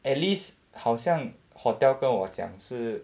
at least 好像 hotel 跟我讲是